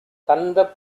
தந்த